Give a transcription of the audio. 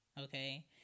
okay